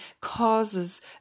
causes